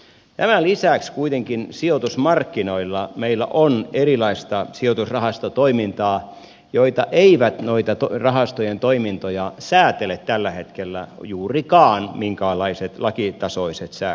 tämän lisäksi kuitenkin sijoitusmarkkinoilla meillä on erilaista sijoitusrahastotoimintaa ja noita rahastojen toimintoja eivät säätele tällä hetkellä juurikaan minkäänlaiset lakitasoiset säädökset